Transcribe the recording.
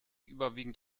überwiegend